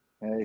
hey